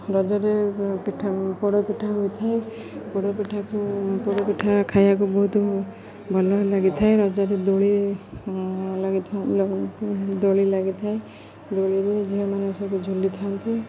ରଜରେ ପିଠା ପୋଡ଼ ପିଠା ହୋଇଥାଏ ପୋଡ଼ ପିଠାକୁ ପୋଡ଼ ପିଠା ଖାଇବାକୁ ବହୁତ ଭଲ ଲାଗିଥାଏ ରଜରେ ଦୋଳି ଦୋଳି ଲାଗିଥାଏ ଦୋଳିରେ ଝିଅମାନେ ସବୁ ଝୁଲିଥାନ୍ତି